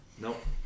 Nope